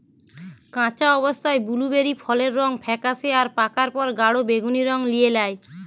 কাঁচা অবস্থায় বুলুবেরি ফলের রং ফেকাশে আর পাকার পর গাঢ় বেগুনী রং লিয়ে ল্যায়